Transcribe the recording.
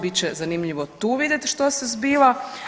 Bit će zanimljivo tu vidjeti što se zbiva.